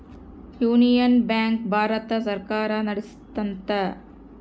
union Bank Bharat ಸರ್ಕಾರ ನಡ್ಸುತ್ತ